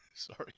Sorry